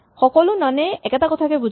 সকলো নন এ একেটা কথাকে বুজায়